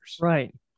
Right